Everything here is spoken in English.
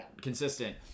consistent